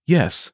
Yes